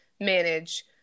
manage